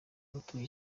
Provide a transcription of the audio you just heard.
abatuye